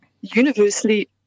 universally